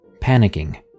panicking